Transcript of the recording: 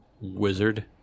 wizard